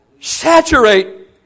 Saturate